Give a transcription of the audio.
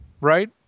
right